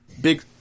big